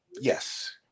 Yes